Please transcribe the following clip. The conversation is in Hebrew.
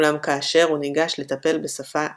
אולם כאשר הוא ניגש לטפל בשפה הטבעית,